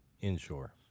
inshore